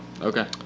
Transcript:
okay